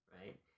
right